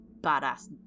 badass